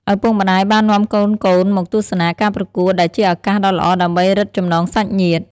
ឪពុកម្តាយបាននាំកូនៗមកទស្សនាការប្រកួតដែលជាឱកាសដ៏ល្អដើម្បីរឹតចំណងសាច់ញាតិ។